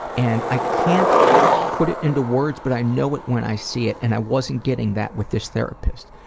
and i can't put it into words but i know it when i see it and i wasn't getting that with this therapist.